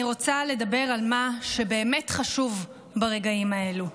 אני רוצה לדבר על מה שבאמת חשוב ברגעים האלו: